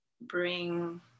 bring